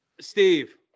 Steve